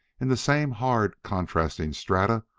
in the same hard, contrasting strata,